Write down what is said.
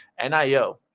NIO